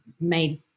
made